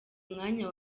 umwanya